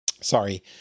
Sorry